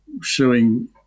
showing